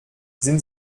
sind